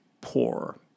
poor